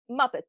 Muppets